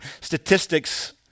statistics